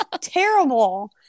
terrible